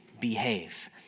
behave